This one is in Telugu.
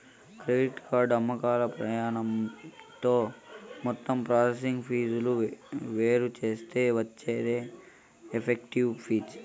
క్రెడిట్ కార్డు అమ్మకాల పరిమాణంతో మొత్తం ప్రాసెసింగ్ ఫీజులు వేరుచేత్తే వచ్చేదే ఎఫెక్టివ్ ఫీజు